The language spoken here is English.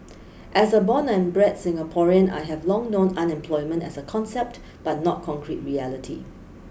as a born and bred Singaporean I have long known unemployment as a concept but not concrete reality